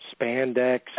spandex